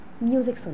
music